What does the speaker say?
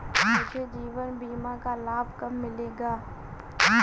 मुझे जीवन बीमा का लाभ कब मिलेगा?